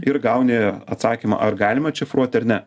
ir gauni atsakymą ar galima atšifruoti ar ne